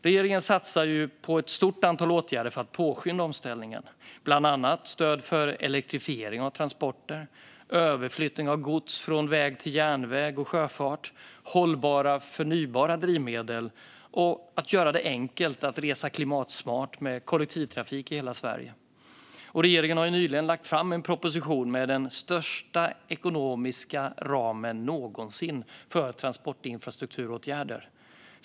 Regeringen satsar på ett stort antal åtgärder för att påskynda omställningen, bland annat stöd för elektrifiering av transporter, överflyttning av gods från väg till järnväg och sjöfart, hållbara förnybara drivmedel och genom att göra det enkelt att resa klimatsmart med kollektivtrafik i hela Sverige. Regeringen har nyligen lagt fram en proposition med den största ekonomiska ramen någonsin för transportinfrastrukturåtgärder.